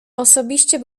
osobiście